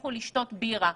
לכו לשתות בירה.